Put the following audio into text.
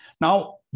Now